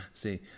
See